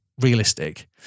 realistic